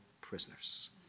prisoners